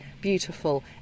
beautiful